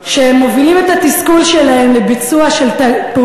אך עם כל התסכול מהדברים שאני מתארת וחווה,